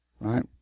right